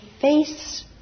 face